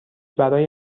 برای